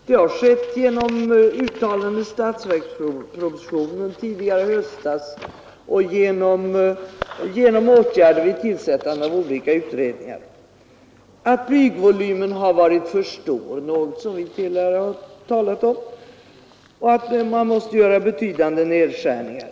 Det har skett genom uttalanden i statsverkspropositionen i höstas och vid tillsättandet av olika utredningar. Det har sagts att byggvolymen varit för stor — det är något som vi tidigare har talat om — och att man måste göra betydande nedskärningar.